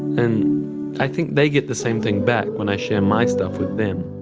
and i think they get the same thing back when i share my stuff with them.